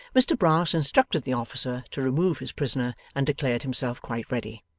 mr brass instructed the officer to remove his prisoner, and declared himself quite ready.